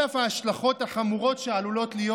על אף ההשלכות החמורות שעלולות להיות,